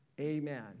amen